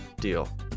deal